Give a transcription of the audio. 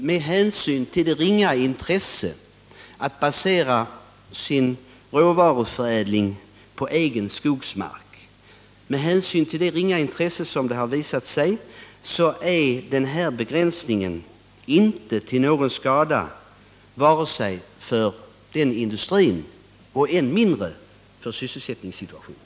Med hänsyn till det ringa intresse som visat sig finnas för att basera råvaruförädling på egen skogsmark är inte den här begränsningen till någon nackdel för industrin och än mindre för sysselsättningssituationen.